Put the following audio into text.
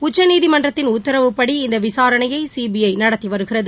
உச்சநீதிமன்றத்தின் உத்தரவுபடி இந்தவிசாரணையைசிபிஐநடத்திவருகிறது